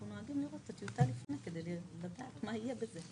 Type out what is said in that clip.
נוהגים לראות את הטיוטה לפני כדי לדעת מה יהיה בזה.